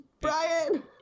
Brian